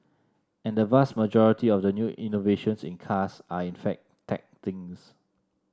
and the vast majority of the new innovations in cars are in fact tech things